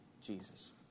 Jesus